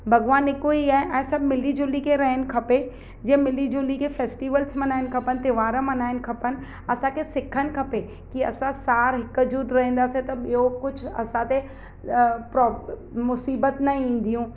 भॻवानु हिकु ई आहे ऐं सभु मिली झुली के रहनि खपे जे मिली झुली खे फैस्टिवल्स मल्हाइण खपनि त्योहार मल्हाइण खपनि असांखे सिखनि खपे की असां सार हिकु जूट रहींदासीं त ॿियो कुझु असांखे प्रॉ मुसीबत न ईंदियूं